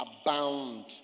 abound